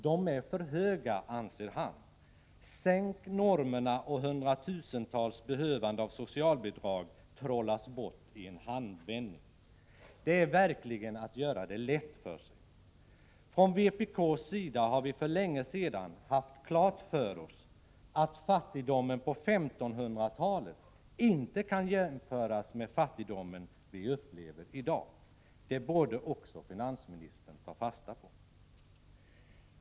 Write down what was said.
De är för höga, anser han: sänk normerna och hundratusentals behövande av socialbidrag trollas bort i en handvändning. Det är verkligen att göra det lätt för sig. Från vpk:s sida har vi för länge sedan haft klart för oss att fattigdomen på 1500-talet inte kan jämföras med den fattigdom vi upplever i dag. Det borde också finansministern ta fasta på.